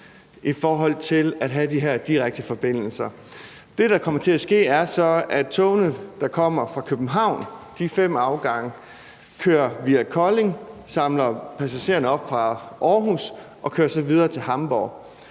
i forhold til at have de her direkte forbindelser. Det, der kommer til at ske, er så, at togene kommer fra København, altså de fem afgange, og kører via Kolding, samler passagerer fra Aarhus op og kører så videre til Hamborg.